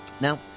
Now